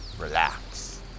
relax